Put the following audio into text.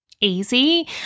easy